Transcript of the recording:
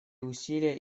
усилия